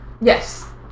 Yes